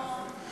נכון.